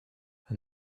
and